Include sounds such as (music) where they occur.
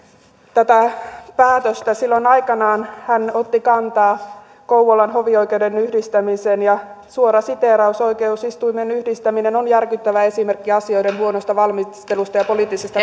tätä päätöstä silloin aikanaan hän otti kantaa kouvolan hovioikeuden yhdistämiseen suora siteeraus oikeusistuimen yhdistäminen on järkyttävä esimerkki asioiden huonosta valmistelusta ja poliittisesta (unintelligible)